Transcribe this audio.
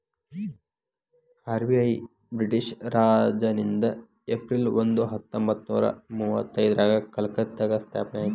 RBI British ರಾಜನಿಂದ April ಒಂದ ಹತ್ತೊಂಬತ್ತನೂರ ಮುವತ್ತೈದ್ರಾಗ ಕಲ್ಕತ್ತಾದಾಗ ಸ್ಥಾಪನೆ ಆಯ್ತ್